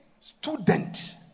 student